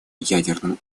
ядерным